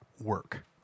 work